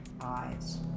eyes